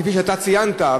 כפי שציינת,